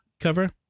cover